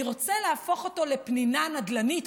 אני רוצה להפוך אותו לפנינה נדל"נית.